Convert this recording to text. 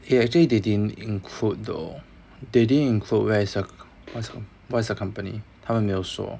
eh actually they didn't include though they didn't include where is their what's is the company 他们没有说